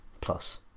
plus